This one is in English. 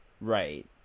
Right